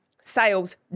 sales